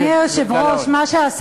תלונה לוועדת